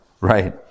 right